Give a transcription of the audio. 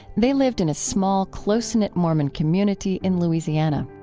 they lived in a small, close-knit mormon community in louisiana